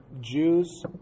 Jews